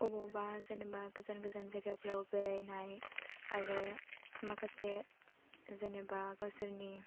बबावबा जेनेबा गोजान गोजान जायगाफोराव बेरायनाय आरो माखासे जेनेबा गावसोरनि